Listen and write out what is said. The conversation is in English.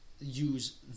use